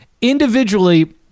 individually –